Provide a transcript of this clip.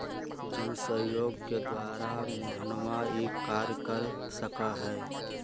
जनसहयोग के द्वारा मोहनवा ई कार्य कर सका हई